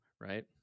right